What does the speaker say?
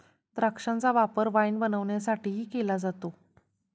द्राक्षांचा वापर वाईन बनवण्यासाठीही केला जातो